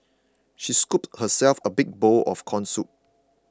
she scooped herself a big bowl of Corn Soup